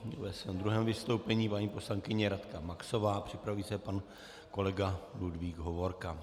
Nyní ve svém druhém vystoupení paní poslankyně Radka Maxová a připraví se pan kolega Ludvík Hovorka.